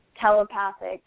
telepathic